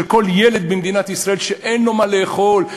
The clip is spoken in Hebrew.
של כל ילד במדינת ישראל שאין לו מה לאכול,